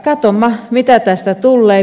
katsomme mitä tästä tulee